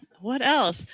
what else?